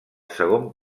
segon